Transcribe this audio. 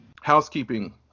Housekeeping